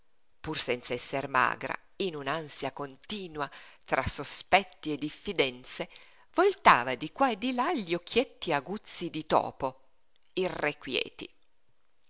pur senz'esser magra in un'ansia continua tra sospetti e diffidenze voltava di qua e di là gli occhietti aguzzi di topo irrequieti